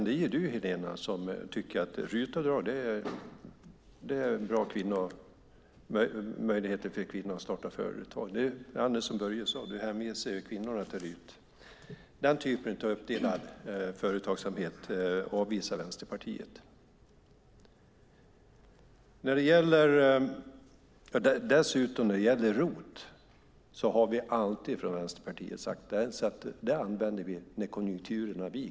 Det är du, Helena, som tycker att RUT-avdrag ger bra möjligheter för kvinnor att starta företag. Det är som Börje Vestlund sade, att du hänvisar kvinnorna till RUT. Den typen av uppdelad företagsamhet avvisar Vänsterpartiet. Vad beträffar ROT har vi från Vänsterpartiet alltid sagt att vi ska använda den när konjunkturerna viker.